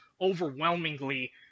overwhelmingly